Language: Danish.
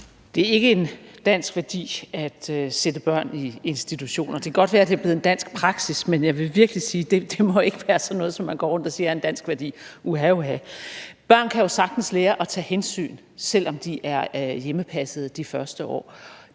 Det er ikke en dansk værdi at sætte børn i institutioner. Det kan godt være, at det er blevet en dansk praksis, men jeg vil virkelig sige, at det ikke må være sådan noget, som man går rundt og siger er en dansk værdi – uha, uha. Børn kan jo sagtens lære at tage hensyn, selv om de er hjemmepassede de første år.